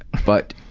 ah but